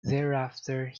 thereafter